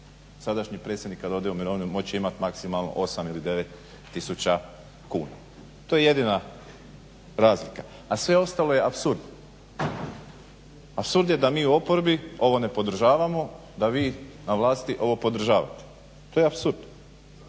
sadašnji predsjednik kad ode u mirovinu moći će imati maksimalno 8 ili 9 tisuća kuna. To je jedina razlika, a sve ostalo je apsurd. Apsurd je da mi u oporbi ovo ne podržavamo, da vi na vlasti ovo podržavate, to je apsurd.